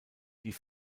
die